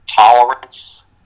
Tolerance